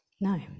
No